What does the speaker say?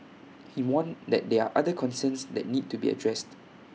he warned that there are other concerns that need to be addressed